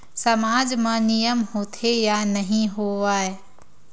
सामाज मा नियम होथे या नहीं हो वाए?